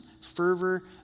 fervor